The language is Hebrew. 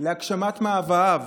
להגשמת מאווייו,